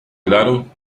claro